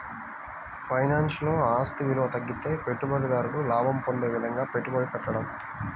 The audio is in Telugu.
ఫైనాన్స్లో, ఆస్తి విలువ తగ్గితే పెట్టుబడిదారుడు లాభం పొందే విధంగా పెట్టుబడి పెట్టడం